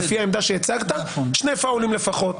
לפי העמדה שהצגת שני פאוולים לפחות.